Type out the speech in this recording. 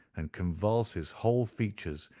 and convulse his whole features,